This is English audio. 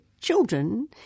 children